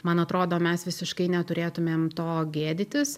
man atrodo mes visiškai neturėtumėm to gėdytis